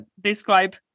describe